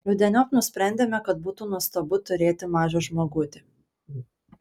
rudeniop nusprendėme kad būtų nuostabu turėti mažą žmogutį